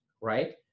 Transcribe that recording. right